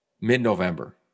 mid-November